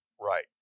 Right